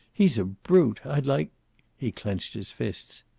he's a brute. i'd like he clenched his fists.